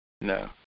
No